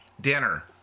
Dinner